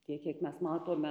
tiek kiek mes matome